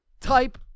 type